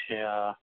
अछा